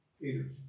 Peter's